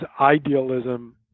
idealism